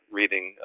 reading